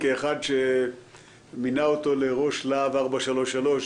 כאחד שמינה אותו לראש להב 433,